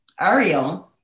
Ariel